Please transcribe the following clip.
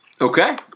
Okay